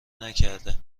نکرده